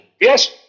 Yes